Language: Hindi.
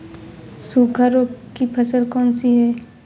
सूखा रोग की फसल कौन सी है?